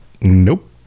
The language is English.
nope